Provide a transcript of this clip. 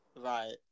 right